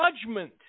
judgment